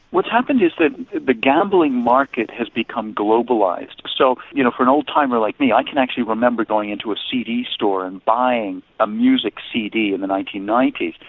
what's happened is that the gambling market has become globalised so you know for an old-timer like me, i can actually remember going into a cd store and buying a music cd of and the nineteen ninety s.